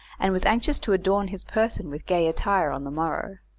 and was anxious to adorn his person with gay attire on the morrow.